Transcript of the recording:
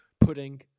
pudding